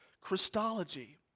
Christology